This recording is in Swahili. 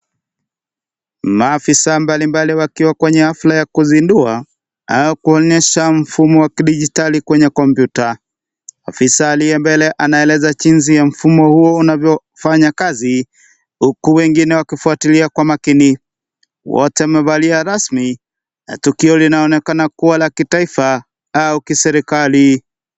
Maafisa mbalimbali wakiwa kwenye afla ya kuzindua au kuonyesha mfumo wa kidigitali kwenye computer . Afisa aliye mbele anaonyesha jinsi mfumo huo unavyo fanya kazi huku wengine wakifuatilia kwa makini. Wote wamevalia rasmi na tukio laonekana kuwa la kitaifa au la kiserikali .